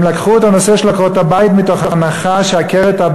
הם לקחו את הנושא של עקרות-הבית מתוך הנחה שעקרת-הבית,